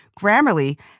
Grammarly